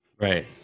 Right